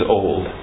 old